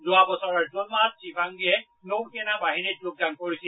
যোৱা বছৰৰ জুন মাহত শিবাংগীয়ে নৌ সেনা বাহিনীত যোগদান কৰিছিল